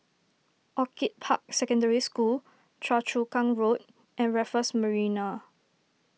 Orchid Park Secondary School Choa Chu Kang Road and Raffles Marina